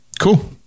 Cool